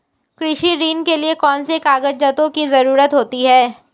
कृषि ऋण के लिऐ कौन से कागजातों की जरूरत होती है?